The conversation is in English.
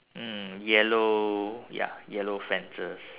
mm yellow ya yellow fences